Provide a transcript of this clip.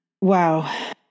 Wow